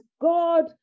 God